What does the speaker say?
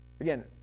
again